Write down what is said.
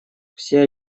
все